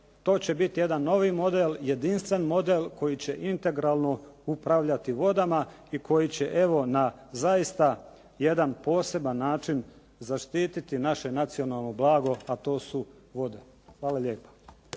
to će biti jedan novi model, jedinstven model koji će integralno upravljati vodama. I koji će evo na jedan zaista poseban način zaštiti naše nacionalno blago a to su vode. Hvala lijepa.